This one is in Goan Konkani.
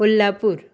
कोल्हापूर